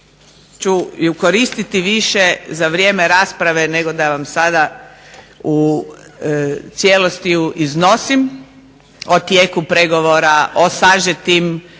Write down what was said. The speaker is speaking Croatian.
ću je koristiti više za vrijeme rasprave nego da vam sada u cijelosti ju iznosim o tijeku pregovora, o sažetim